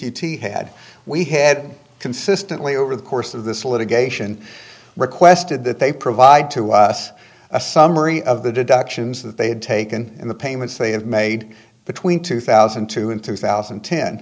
y had we had consistently over the course of this litigation requested that they provide to us a summary of the deductions that they had taken in the payments they have made between two thousand and two and two thousand